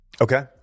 Okay